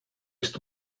ist